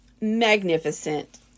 magnificent